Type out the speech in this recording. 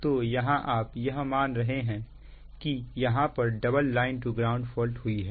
तो यहां आप यह मान रहे हैं कि यहां पर double line to ground fault हुई है